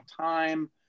time